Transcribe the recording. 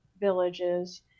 villages